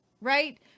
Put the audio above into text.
right